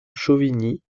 chauvigny